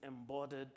embodied